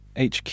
HQ